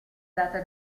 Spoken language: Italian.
data